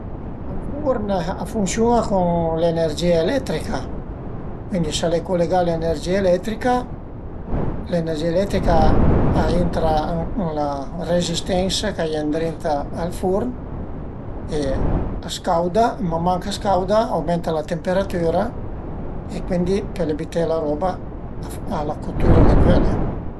Ën furn a funsiuna cun l'energìa eletrica, cuindi s'al e culegà a l'energìe eletrica, l'energìa eletrica a intra ën la resistensa ch'a ie ëndrinta al furn e a scauda, man man ch'a scauda aumenta la temperatüra e cuindi pöle büté la roba a la cotüra che völe